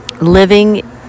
living